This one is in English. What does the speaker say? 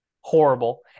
Horrible